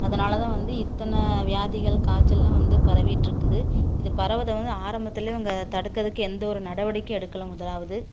அதனால்தான் வந்து இத்தனை வியாதிகள் காய்ச்சல்லாம் வந்து பரவிட்டுருக்குது இது பரவுகிறத வந்து ஆரம்பத்தில் தடுக்குறத்துக்கு எந்த ஒரு நடவடிக்கையும் எடுக்கலை முதலாவது